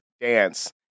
dance